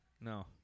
No